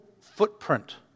footprint